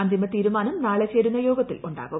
അന്തിമത്രീരു്മാനം നാളെ ചേരുന്ന യോഗത്തിൽ ഉണ്ടാകും